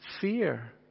Fear